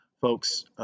Folks